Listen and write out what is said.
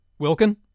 Wilkin